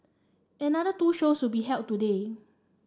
another two shows will be held today